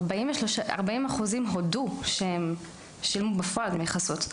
כ-40% הודו שהם שילמו בפועל דמי חסות.